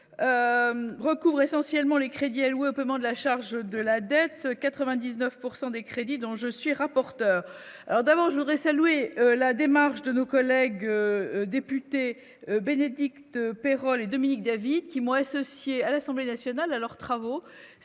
recours essentiellement les crédits alloués simplement de la charge de la dette 99 pourcent des crédits dans je suis rapporteur d'avant, je voudrais saluer la démarche de nos collègues députés Bénédicte Peyrol Dominique David Kimouyou associé à l'Assemblée nationale à leurs travaux,